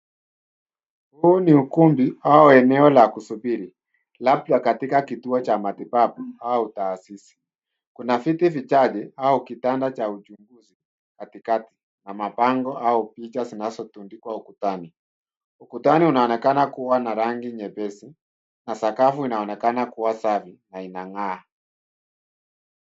Huu ni ukumbi au eneo la kusubiri labda katika kituo cha matibabu au taasisi .Kuna viti vichache au kitanda cha uchunguzi kati kati na mabango au picha zinazotundikwa ukutani. Ukutani unaonekana kuwa na rangi nyepesi na sakafu inaonekana kuwa safi na inang'aa.